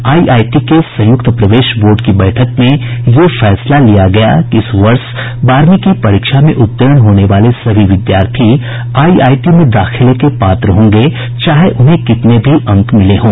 IIT के संयुक्त प्रवेश बोर्ड की बैठक में यह फैसला लिया गया कि इस वर्ष बारहवीं की परीक्षा में उत्तीर्ण होने वाले सभी विद्यार्थी आईआईटी में दाखिले के पात्र होंगे चाहे उन्हें कितने भी अंक मिले हों